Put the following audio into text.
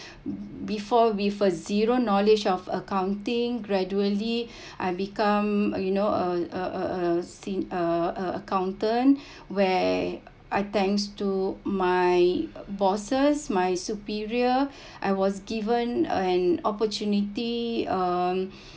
before we uh zero knowledge of accounting gradually I become a you know a a a se~ a a a accountant where I thanks to my bosses my superior I was given an opportunity um